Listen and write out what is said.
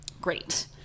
Great